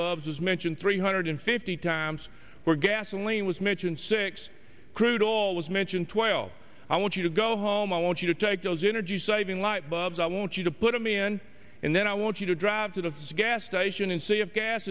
bulbs is mentioned three hundred fifty times were gasoline was mentioned six crew dollars mentioned twelve i want you to go home i want you to take those energy saving light bulbs i want you to put them in and then i want you to drive to the gas station and see if gas